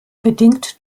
bedingt